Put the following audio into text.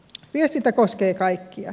viestintä koskee kaikkia